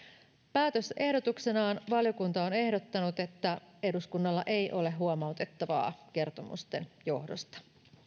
päätösehdotuksenaan valiokunta on ehdottanut että eduskunnalla ei ole huomautettavaa kertomusten johdosta